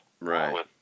Right